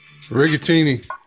Rigatini